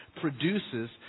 produces